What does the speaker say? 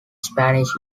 spanish